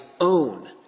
own